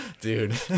Dude